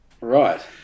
Right